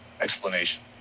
explanation